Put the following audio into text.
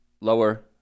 lower